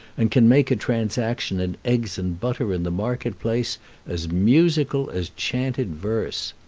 and can make a transaction in eggs and butter in the market-place as musical as chanted verse.